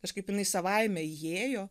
kažkaip jinai savaime įėjo